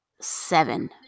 Seven